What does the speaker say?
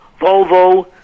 Volvo